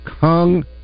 Kung